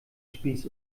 spieß